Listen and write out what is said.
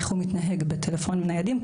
איך הוא מתנהג בטלפונים ניידים,